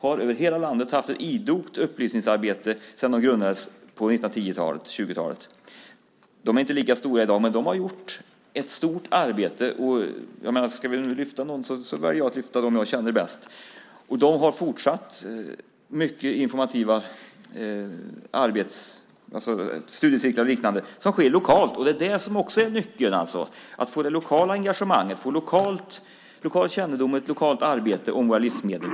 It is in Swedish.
De har bedrivit ett idogt upplysningsarbete över hela landet sedan de grundades på 1930-talet. De är inte lika stora i dag, men de har gjort ett stort arbete. Ska jag lyfta fram några väljer jag att lyfta fram dem jag känner bäst. De har fortsatt arbetet med studiecirklar och liknande på lokal nivå. Det är nyckeln, det vill säga att få ett lokalt engagemang, lokal kännedom och lokalt arbete om våra livsmedel.